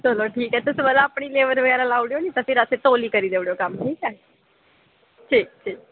ते अच्छा कोई निं तुस अपनी लेबर बगैरा लाई ओड़ेओ नी फिर असेंगी तोलै करी देई ओड़ेओ कम्म ठीक ऐ ठीक ठीक